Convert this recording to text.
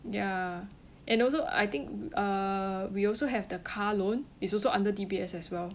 ya and also I think uh we also have the car loan it's also under D_B_S as well